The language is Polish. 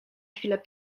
chwilę